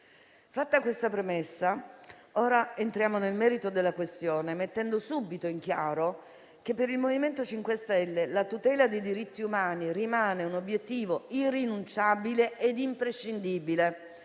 Fatta questa premessa, entriamo nel merito della questione mettendo subito in chiaro che per il MoVimento 5 Stelle la tutela dei diritti umani rimane un obiettivo irrinunciabile e imprescindibile